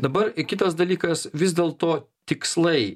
dabar kitas dalykas vis dėlto tikslai